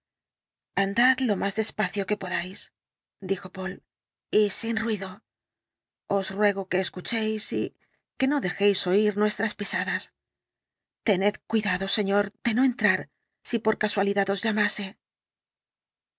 andad lo más despacio que podáis dijo poole y sin ruido os ruego que escuchéis y que no dejéis oír nuestras pisadas tened cuidado señor de no entrar si por casualidad os llamase